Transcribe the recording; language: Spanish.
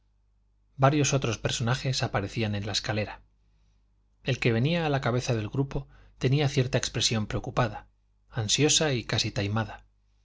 varios otros personajes aparecían en la escalera el que venía a la cabeza del grupo tenía cierta expresión preocupada ansiosa y casi taimada